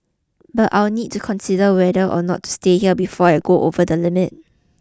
but I'll need to consider whether or not to stay here before I go over the limit